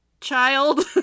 child